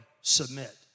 submit